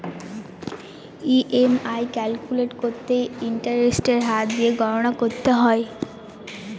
EMI calculate করতে ইন্টারেস্টের হার দিয়ে গণনা করতে হয়